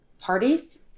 parties